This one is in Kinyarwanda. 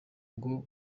ngo